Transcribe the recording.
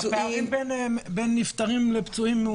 הפערים בין נפטרים לפצועים גדולים מאוד.